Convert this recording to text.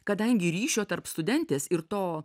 kadangi ryšio tarp studentės ir to